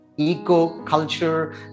eco-culture